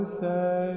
say